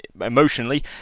emotionally